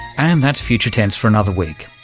and that's future tense for another week.